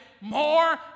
more